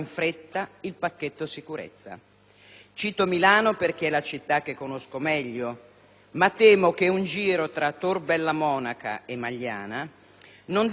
Cito Milano perché è la città che conosco meglio; ma temo che un giro tra Tor Bella Monaca e Magliana qui a Roma non darebbe esiti più confortanti.